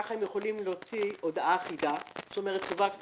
ככה הם יכולים להוציא הודעה אחידה שאומרת: סווגת